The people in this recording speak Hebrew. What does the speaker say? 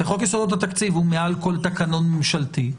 חוק יסודות התקציב הוא מעל כל תקנון ממשלתי.